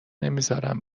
نمیزارم